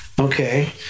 Okay